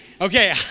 Okay